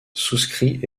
souscrit